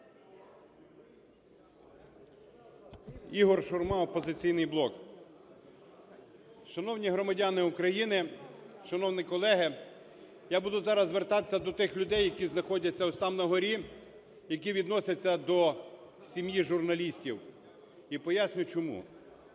Ігор Шурма, "Опозиційний блок". Шановні громадяни України, шановні колеги, я буду зараз звертатися до тих людей, які знаходяться ось там, на горі, які відносяться до сім'ї журналістів, і пояснюю чому.